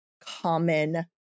common